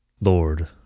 Lord